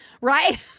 Right